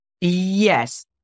Yes